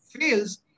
fails